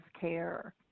care